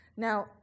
Now